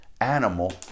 animal